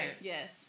Yes